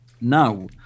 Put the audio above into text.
Now